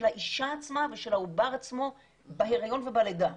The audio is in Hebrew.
האישה עצמה ושל העובר עצמו בהריון ובלידה.